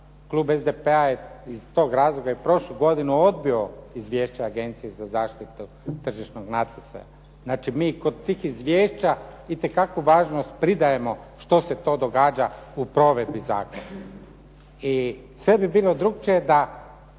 Klub SDP-a je iz tog razloga i prošle godine odbio Izvješće Agencije za zaštitu tržišnog natjecanja. Znači, mi kod tih izvješća itekako važnost pridajemo što se to događa u provedbi zakona. I sve bi bilo drukčije da